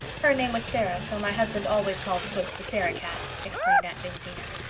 her name was sarah, so my husband always called puss the sarah-cat, explained aunt jamesina.